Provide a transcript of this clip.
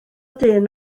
dyn